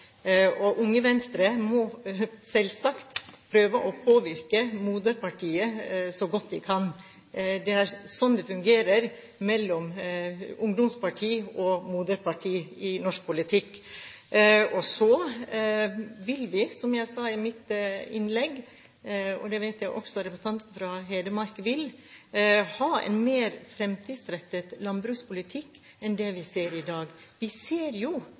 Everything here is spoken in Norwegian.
Unge Venstre må selvsagt prøve å påvirke moderpartiet så godt de kan. Det er sånn det fungerer mellom ungdomsparti og moderparti i norsk politikk. Så vil vi, som jeg sa i mitt innlegg, og som jeg vet også representanten fra Hedmark vil, ha en mer fremtidsrettet landbrukspolitikk enn den vi ser i dag. Vi ser jo